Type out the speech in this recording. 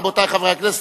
רבותי חברי הכנסת,